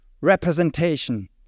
representation